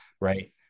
right